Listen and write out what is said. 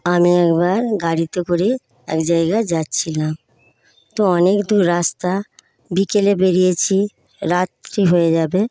আমি একবার গাড়িতে করে এক জায়গায় যাচ্ছিলাম তো অনেক দূর রাস্তা বিকালে বেড়িয়েছি রাত্রি হয়ে যাবে